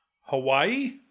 Hawaii